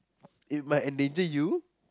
it might endanger you